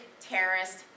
terrorist